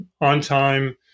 on-time